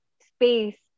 space